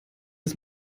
ist